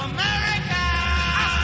America